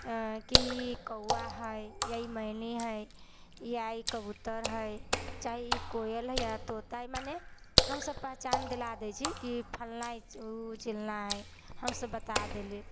कि ई कौआ है या ई मैना है या ई कबूतर है चाहे ई कोयल है या तोता है मने हम सभ पहिचान दिला दैछी कि फल्लाँ है उ चिलाँ है हम सभ बता देली